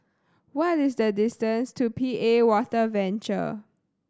what is the distance to P A Water Venture